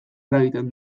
eragiten